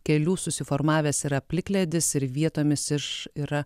kelių susiformavęs yra plikledis ir vietomis iš yra